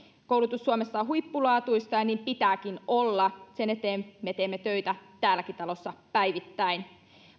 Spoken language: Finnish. koulutus suomessa on huippulaatuista ja niin pitääkin olla sen eteen me teemme töitä täälläkin talossa päivittäin